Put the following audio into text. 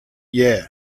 yeah